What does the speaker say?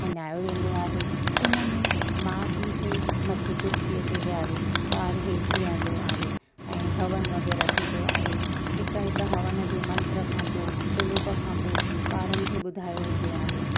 मल्हायो वेंदो आहे उनमें माउ पिउ खे मथे कुर्सीअ ते वेहारे ॿार हेठि वेअंदो आहे ऐं हवन वग़ैरह थींदो आहे हिकु हिकु हवन जे मंत्र खां पोइ श्लोकु खां पोइ ॿारनि खे ॿुधायो वेंदो आहे